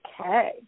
Okay